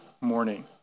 morning